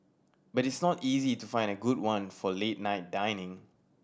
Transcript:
but it's not easy to find a good one for late night dining